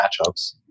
matchups